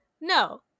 no